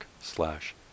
slash